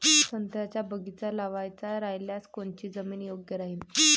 संत्र्याचा बगीचा लावायचा रायल्यास कोनची जमीन योग्य राहीन?